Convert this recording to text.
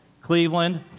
Cleveland